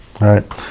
right